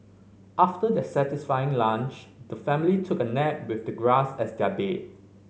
after their satisfying lunch the family took a nap with the grass as their bed